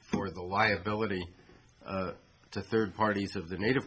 for the liability to third parties of the native